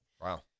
Wow